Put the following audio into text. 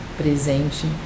presente